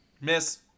miss